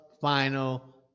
final